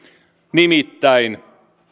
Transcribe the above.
nimittäin